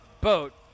boat